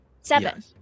Seven